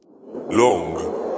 long